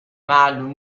معلوم